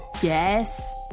guess